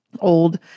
old